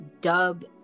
dub